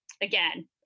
again